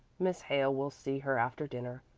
miss hale will see her after dinner.